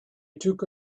took